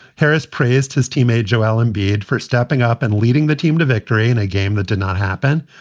harris praised his teammate joel embiid for stepping up and leading the team to victory in a game that did not happen.